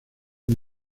sin